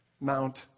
Mount